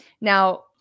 Now